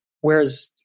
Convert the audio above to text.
Whereas